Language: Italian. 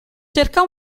cerca